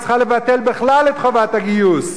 דמוקרטית צריכה לבטל בכלל את חובת הגיוס,